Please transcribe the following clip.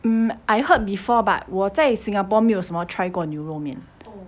um I heard before but 我在 singapore 没有什么 try 过牛肉面